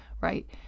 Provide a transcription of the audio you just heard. right